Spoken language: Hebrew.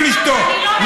לשתוק.